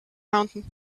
mountain